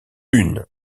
une